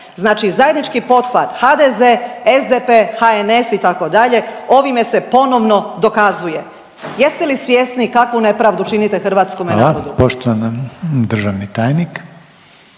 znači zajednički pothvat HDZ-SDP-HNS itd. ovime se ponovno dokazuje. Jeste li svjesni kakvu nepravdu činite hrvatskome narodu? **Reiner, Željko